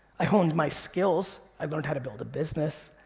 i honed my skills, i learned how to build a business.